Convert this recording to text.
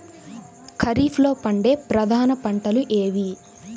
ఖరీఫ్లో పండే ప్రధాన పంటలు ఏవి?